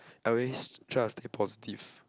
I always try to stay positive